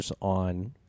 on